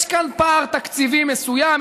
יש כאן פער תקציבי מסוים,